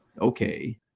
okay